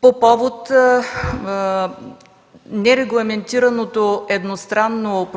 по повод нерегламентираното едностранно